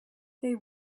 they